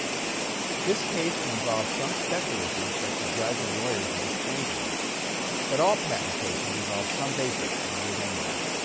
this case will involve some special issues that the judge and lawyers will explain to you but all patent cases involve some basics that you will learn about.